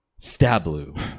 stablu